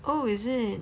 oh is it